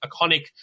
iconic